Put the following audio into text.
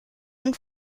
und